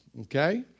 Okay